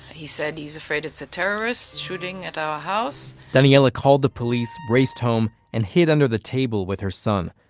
he said he's afraid it's a terrorist shooting at our house daniella called the police, raced home and hid under the table with her son.